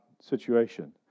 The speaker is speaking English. situation